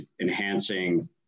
enhancing